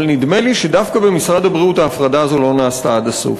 אבל נדמה לי שדווקא במשרד הבריאות ההפרדה הזאת לא נעשתה עד הסוף.